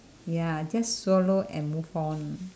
ya just swallow and move on